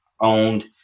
owned